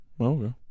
Okay